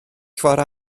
ffordd